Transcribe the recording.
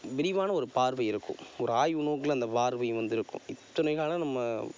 விரிவான ஒரு பார்வை இருக்கும் ஒரு ஆய்வு நோக்கில் அந்த பார்வை வந்து இருக்கும் இத்தனை காலம் நம்ம